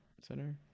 Center